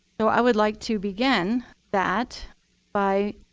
so i would like to begin that by